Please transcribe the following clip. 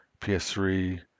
PS3